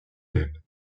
telle